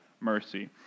mercy